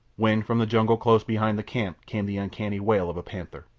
when from the jungle close behind the camp came the uncanny wail of a panther.